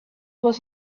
was